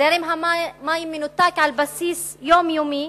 זרם המים מנותק על בסיס יומיומי,